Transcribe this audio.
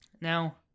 Now